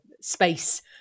space